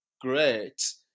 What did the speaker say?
great